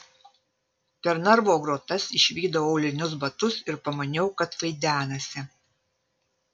per narvo grotas išvydau aulinius batus ir pamaniau kad vaidenasi